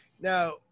Now